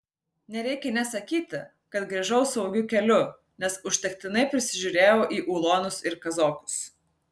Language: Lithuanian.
nereikia nė sakyti kad grįžau saugiu keliu nes užtektinai prisižiūrėjau į ulonus ir kazokus